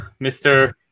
Mr